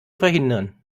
verhindern